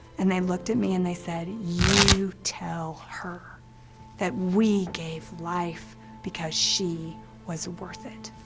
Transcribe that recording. and they looked at me and they said, you tell her that we gave life because she was worth it.